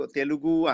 Telugu